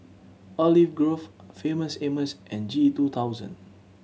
Olive Grove Famous Amos and G two thousand